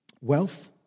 wealth